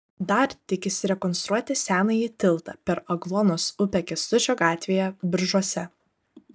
dar tikisi rekonstruoti senąjį tiltą per agluonos upę kęstučio gatvėje biržuose